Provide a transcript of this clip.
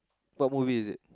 what movie is it